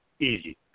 easy